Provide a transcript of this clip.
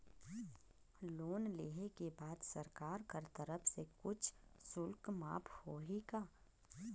Loan लेहे के बाद सरकार कर तरफ से कुछ शुल्क माफ होही का?